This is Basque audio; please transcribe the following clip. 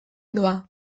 doa